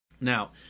Now